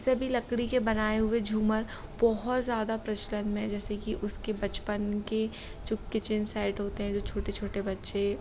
जैसे अभी लकड़ी के बनाए हुए झूमर बहुत ज़्यादा प्रचलन में है जैसे कि उसके बचपन के जो किचन साइड होते हैं जो छोटे छोटे बच्चे